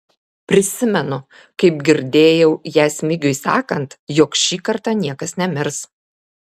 prisimenu kaip girdėjau ją smigiui sakant jog šį kartą niekas nemirs